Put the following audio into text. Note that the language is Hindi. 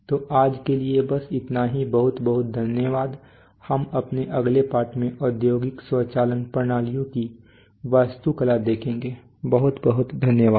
तो आज के लिए बस इतना ही बहुत बहुत धन्यवाद हम अपने अगले पाठ में औद्योगिक स्वचालन प्रणालियों की वास्तुकला देखेंगे बहुत बहुत धन्यवाद